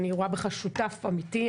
ואני רואה בך שותף אמיתי.